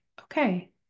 okay